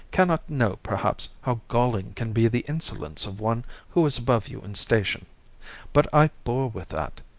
cannot know, perhaps, how galling can be the insolence of one who is above you in station but i bore with that.